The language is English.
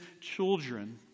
children